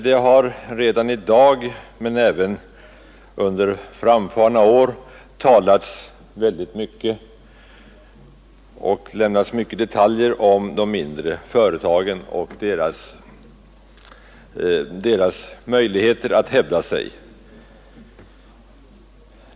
Det har redan i dag men även under framfarna år talats väldigt mycket och lämnats mycket detaljer om de mindre företagen och deras möjligheter att hävda sig.